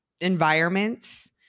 environments